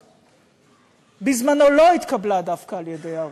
אידיאולוגיה בזמנו לא התקבלה דווקא על-ידי הרוב,